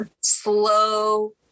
slow